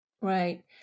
Right